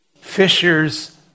Fishers